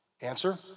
Answer